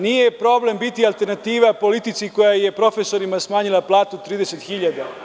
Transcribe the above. Nije problem biti alternativa politici koja je profesorima smanjila platu 30 hiljada.